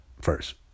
first